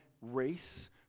race